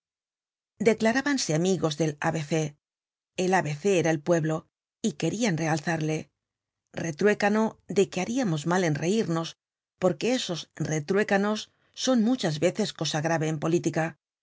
declarábanse amigos del a b c el a b c era el pueblo y querian realzarle retruécano de que haríamos mal en reimos porque estos retruécanos son muchas veces cosa grave en política